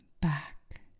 back